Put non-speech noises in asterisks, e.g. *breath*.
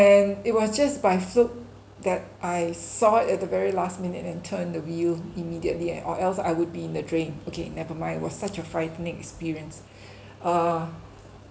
and it was just by fluke that I saw it at the very last minute and turn the wheel immediately and or else I would be in the drain okay never mind it was such a frightening experience *breath* uh